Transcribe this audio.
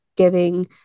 giving